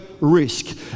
risk